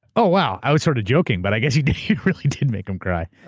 oh wow, i was sort of joking, but i guess you really did make him cry.